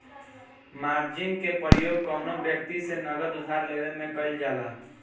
margin के प्रयोग कौनो व्यक्ति से नगद उधार लेवे में कईल जाला